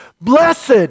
blessed